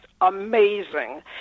amazing